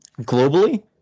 globally